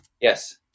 Yes